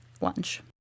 lunch